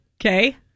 Okay